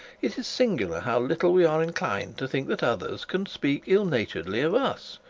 it is singular how little we are inclined to think that others can speak ill-naturedly of us,